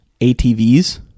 ATVs